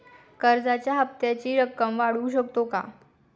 कर्जाच्या हप्त्याची रक्कम वाढवू शकतो का?